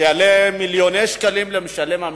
שיעלו מיליוני שקלים למשלם המסים,